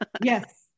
Yes